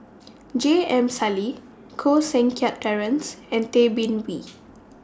J M Sali Koh Seng Kiat Terence and Tay Bin Wee